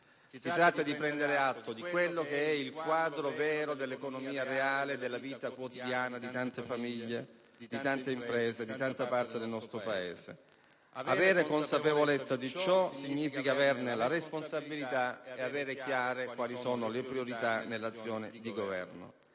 ma di prendere atto del quadro vero dell'economia reale, della vita quotidiana di tante famiglie, di tante imprese e di tanta parte del nostro Paese. Avere consapevolezza di ciò significa avvertirne la responsabilità e avere chiare le priorità nell'azione di Governo.